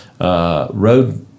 road